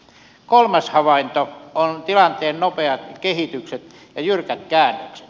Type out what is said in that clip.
kolmas havainto on tilanteen nopea kehitys ja jyrkät käännökset